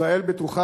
ישראל בטוחה,